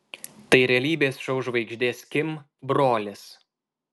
tai realybės šou žvaigždės kim brolis